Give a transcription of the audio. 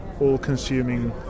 all-consuming